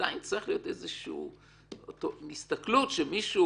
עדיין צריכה להיות הסתכלות של מישהו